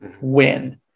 Win